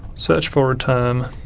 search for a term